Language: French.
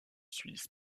suisse